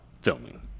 filming